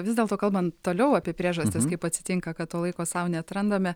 vis dėlto kalbant toliau apie priežastis kaip atsitinka kad to laiko sau neatrandame